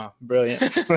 brilliant